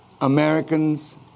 Americans